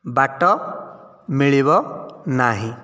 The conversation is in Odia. ବାଟ ମିଳିବ ନାହିଁ